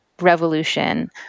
revolution